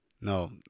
no